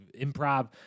improv